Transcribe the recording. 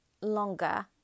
longer